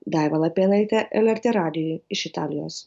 daiva lapėnaitė lrt radijui iš italijos